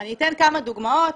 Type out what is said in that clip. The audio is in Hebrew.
אני אתן כמה דוגמאות.